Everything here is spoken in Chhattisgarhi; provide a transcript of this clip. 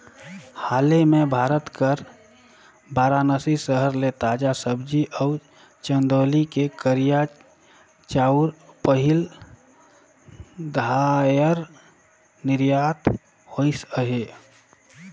हाले में भारत कर बारानसी सहर ले ताजा सब्जी अउ चंदौली ले करिया चाँउर पहिल धाएर निरयात होइस अहे